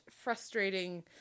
frustrating